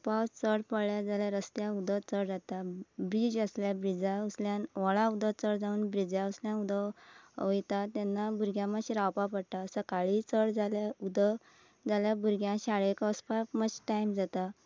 पावस चड पडल्यार जाल्यार रस्त्याक उदक चड जाता ब्रीज आसल्यार ब्रिजा वसल्यान व्हळा उदक चड जावन ब्रिजा वसल्यान उदक वयता तेन्ना भुरग्यां मात्शें रावपा पडटा सकाळी चड जालें उद जाल्यार भुरग्यां शाळेक वचपाक मात्शें टायम जाता